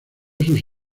sus